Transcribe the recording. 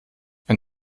ein